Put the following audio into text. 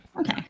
Okay